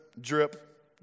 drip